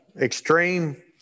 extreme